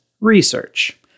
research